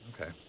Okay